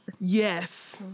Yes